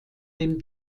dem